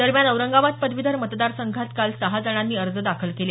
दरम्यान औरंगाबाद पदवीधर मतदारसंघात काल सहा जणांनी अर्ज दाखल केले